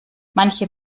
manche